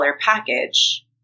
package